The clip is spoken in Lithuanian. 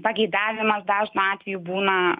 pageidavimas dažnu atveju būna